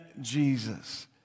Jesus